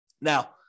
Now